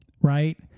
right